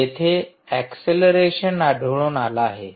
येथे एक्सेलरेशन आढळून आला आहे